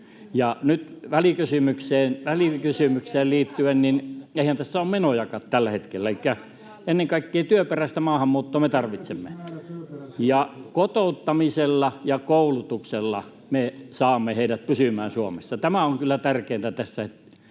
nyt välikysymykseen liittyen, niin eihän tässä ole menojakaan tällä hetkellä. Elikkä ennen kaikkea työperäistä maahanmuuttoa me tarvitsemme. [Jussi Halla-aho: Ennätysmäärä työperäisiä lupia!] Kotouttamisella ja koulutuksella me saamme heidät pysymään Suomessa. Tämä on kyllä tärkeintä tässä tällä